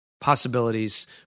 possibilities